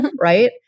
right